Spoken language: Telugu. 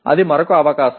అది మరొక అవకాశం